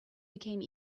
became